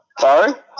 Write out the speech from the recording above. Sorry